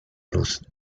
luz